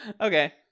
Okay